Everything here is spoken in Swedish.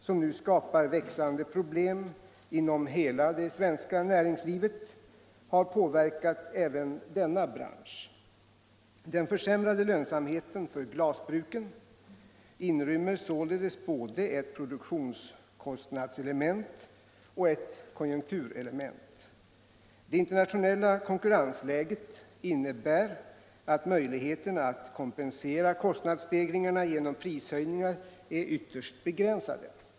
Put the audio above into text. som nu skapar viäxande problem inom hela det svenska näringslivet, har påverkat även denna bransch. Den försämrade lönsamheten för glasbruken inrymmer således både ett produktionskostnadselement och ett konjunkturelement. Det internationella konkurrensläget innebär att möjligheterna att kompensera kostnadsstegringarna genom prishöjningar är vtterst begränsade.